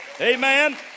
Amen